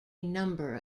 number